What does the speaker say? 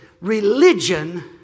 Religion